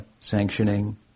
sanctioning